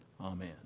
Amen